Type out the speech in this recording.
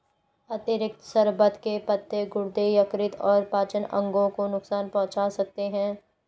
अतिरिक्त शर्बत के पत्ते गुर्दे, यकृत और पाचन अंगों को नुकसान पहुंचा सकते हैं